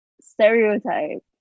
stereotype